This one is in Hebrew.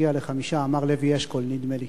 נגיע לחמישה, אמר לוי אשכול, נדמה לי.